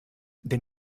den